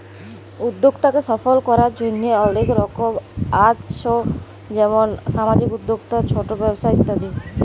উদ্যক্তাকে সফল করার জন্হে অলেক রকম আছ যেমন সামাজিক উদ্যক্তা, ছট ব্যবসা ইত্যাদি